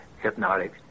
hypnotic